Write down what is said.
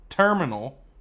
Terminal